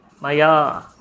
Maya